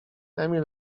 emil